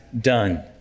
done